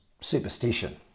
superstition